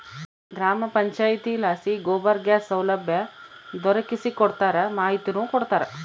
ಗ್ರಾಮ ಪಂಚಾಯಿತಿಲಾಸಿ ಗೋಬರ್ ಗ್ಯಾಸ್ ಸೌಲಭ್ಯ ದೊರಕಿಸಿಕೊಡ್ತಾರ ಮಾಹಿತಿನೂ ಕೊಡ್ತಾರ